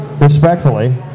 respectfully